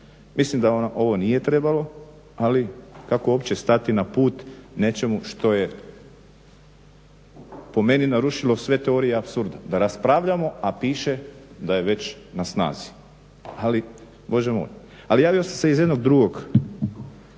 Mislim da nam ovo nije trebalo, ali kako uopće stati na put nečemu što je po meni narušilo sve teorije apsurda, da raspravljamo a piše da je već na snazi, ali Bože moj. Ali javio sam se iz jednog drugog